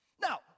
Now